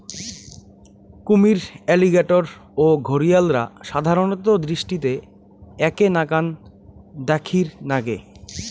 কুমীর, অ্যালিগেটর ও ঘরিয়ালরা সাধারণত দৃষ্টিতে এ্যাকে নাকান দ্যাখির নাগে